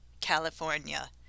California